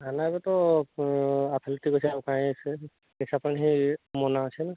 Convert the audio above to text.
ନା ନା ଏବେ ତ ପାଇଁ ସେ ନିଶା ପାଣି ହୋଇ ମନା ଅଛି ନା